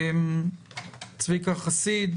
צביקה חסיד,